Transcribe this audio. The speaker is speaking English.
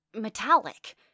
Metallic